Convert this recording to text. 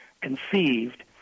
conceived